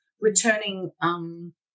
returning